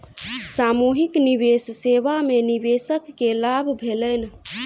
सामूहिक निवेश सेवा में निवेशक के लाभ भेलैन